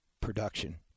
production